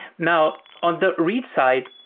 now on the read side,